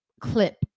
clip